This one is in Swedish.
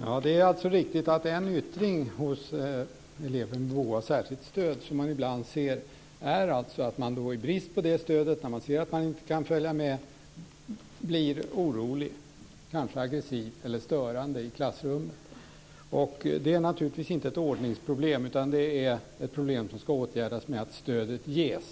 Fru talman! Det är riktigt att en yttring hos elever med behov av särskilt stöd som man ibland ser är att de i brist på det stödet, när de ser att de inte kan följa med, blir oroliga, kanske aggressiva eller störande i klassrummet. Det är naturligtvis inte ett ordningsproblem, utan ett problem som ska åtgärdas med att stödet ges.